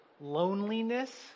loneliness